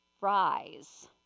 rise